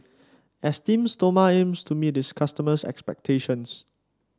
Esteem Stoma aims to meet its customers' expectations